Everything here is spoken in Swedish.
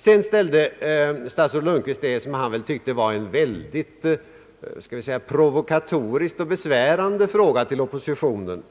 Statsrådet Lundkvist ställde sedan vad han väl tyckte var en mycket provokatorisk och besvärande fråga till oppositionen.